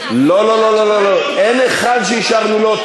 אין אחד שאישרנו לו.